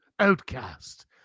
outcast